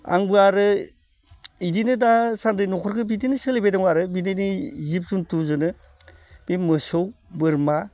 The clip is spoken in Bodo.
आंबो आरो इदिनो दासान्दि न'खरखो बिदिनो सोलिबाय दं आरो बिदिनो जिब जुन्थुजोनो बे मोसौ बोरमा